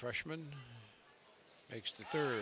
freshman makes the third